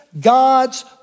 God's